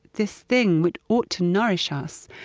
this thing would ought to nourish ah us,